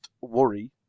worry